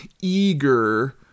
Eager